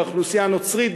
האוכלוסייה הנוצרית,